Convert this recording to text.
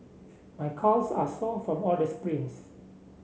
my calves are sore from all the sprints